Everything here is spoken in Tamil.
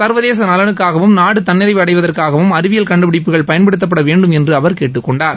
சர்வதேச நலனுக்காகவும் நாடு தன்னிறைவு அடையவதற்காகவும் அறிவியல் கண்டுபிடிப்புகள் பயன்படுத்தப்பட வேண்டும் என்று அவர் கேட்டுக்கொண்டார்